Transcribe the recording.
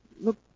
Look